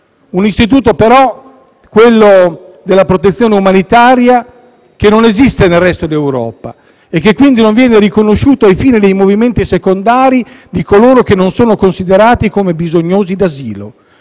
Un istituto, quello della protezione umanitaria, che però non esiste nel resto d'Europa e, quindi, non viene riconosciuto ai fini dei movimenti secondari di coloro che non sono considerati bisognosi di asilo: